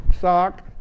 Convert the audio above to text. sock